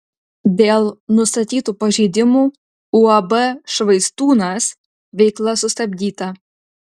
dėl nustatytų pažeidimų uab švaistūnas veikla sustabdyta